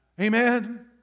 Amen